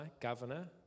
governor